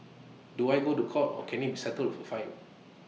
do I go to court or can IT be settled for fine